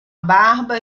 barba